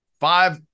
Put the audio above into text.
five